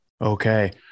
Okay